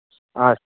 ᱟᱪᱷᱟ